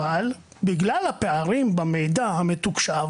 אבל בגלל הפערים במידע המתוקשב,